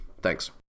Thanks